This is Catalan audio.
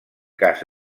cas